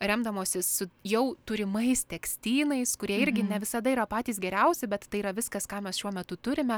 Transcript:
remdamosis jau turimais tekstynais kurie irgi ne visada yra patys geriausi bet tai yra viskas ką mes šiuo metu turime